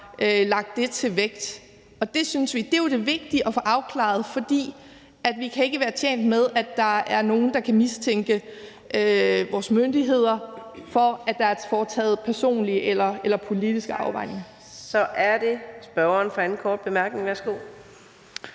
lagt vægt på. Det synes vi jo er det vigtige at få afklaret, for vi kan ikke være tjent med, at der er nogen, der kan mistænke vores myndigheder for, at der er foretaget personlige eller politiske afvejninger. Kl. 13:42 Fjerde næstformand (Karina